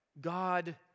God